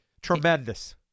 Tremendous